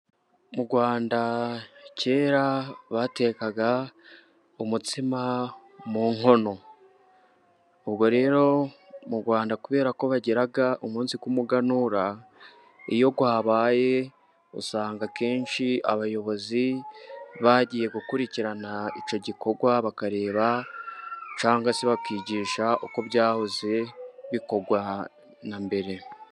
Mu Rwanda kera batekaga umutsima mu nkono, ubwo rero mu Rwanda kubera ko bagira umunsi w'umuganura iyo wabaye usanga akenshi abayobozi bagiye gukurikirana icyo gikorwa. Bakareba cyangwa se bakigisha uko byahoze bikorwa na mbere.